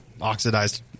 oxidized